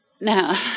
Now